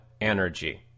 energy